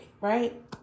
Right